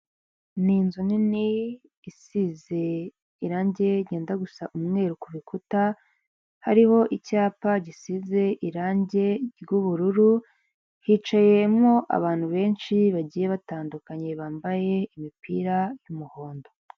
Ni inzu nini isize irange ryenda gusa umweru ku rukuta, hariho icyapa gisize irange ry'ubururu, hicayemo abantu benshi bagiye batandukanye bambaye imipira y'umuhondo.